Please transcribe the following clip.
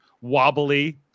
wobbly